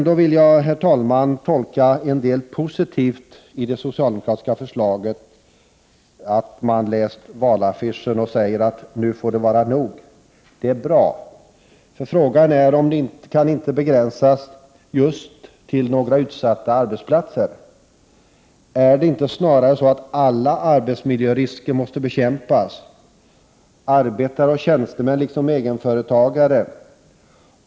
Jag vill ändå, herr talman, tolka en del i det socialdemokratiska förslaget som positivt, dvs. att socialdemokraterna likt valaffischen säger, att ”nu får det vara nog”. Det är bra, men frågan är om det kan begränsas just till några utsatta arbetsplatser. Är det inte snarare så att alla arbetsmiljörisker måste bekämpas, såväl för arbetare och tjänstemän som för egenföretagare?